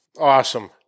awesome